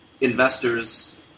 investors